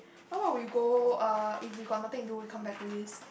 how about we go uh if we got nothing to do we come back to this